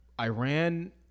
Iran